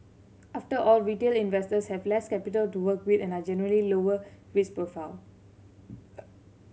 after all retail investors have less capital to work with and a generally lower risk profile